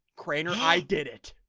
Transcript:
crainer, i did it.